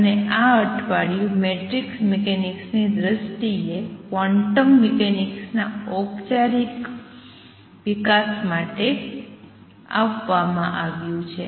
અને આ અઠવાડિયુ મેટ્રિક્સ મિકેનિક્સની દ્રષ્ટિએ ક્વોન્ટમ મિકેનિક્સના ઔપચારિક વિકાસ માટે આપવામાં આવ્યું છે